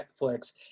Netflix